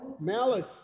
Malice